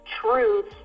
truth